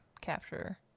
Capture